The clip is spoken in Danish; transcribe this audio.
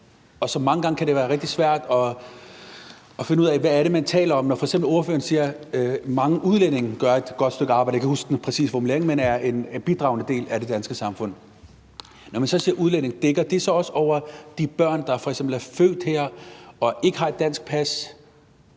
og mange gange kan det være rigtig svært at finde ud af, hvad det er, man taler om, når f.eks. ordføreren siger, at mange udlændinge gør et godt stykke arbejde. Jeg kan ikke huske den præcise formulering, men noget med, at man er en bidragende del af det danske samfund. Når man så siger »udlænding«, dækker det så også over de børn, der f.eks. er født her og ikke har et dansk pas?